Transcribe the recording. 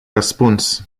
răspuns